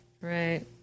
Right